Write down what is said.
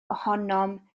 ohonom